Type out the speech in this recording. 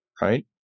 right